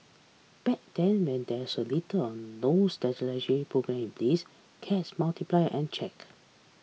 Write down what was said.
back then when there was little or no sterilisation programme in place cats multiply uncheck